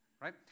right